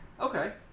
Okay